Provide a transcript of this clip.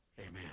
Amen